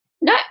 No